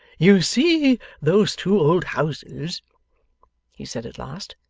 you see those two old houses he said at last.